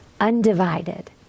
undivided